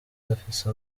afise